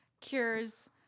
cures